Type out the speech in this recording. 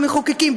המחוקקים,